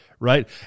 Right